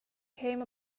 came